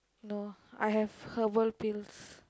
no I have herbal pills